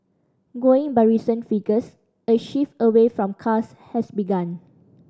going by recent figures a shift away from cars has begun